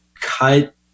cut